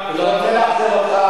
תתקן אותו,